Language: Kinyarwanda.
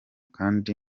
kandi